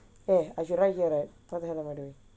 eh I should write here right what the hell am I doing